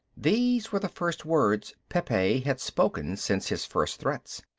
these were the first words pepe had spoken since his first threats.